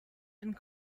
and